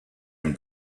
him